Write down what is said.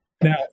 Now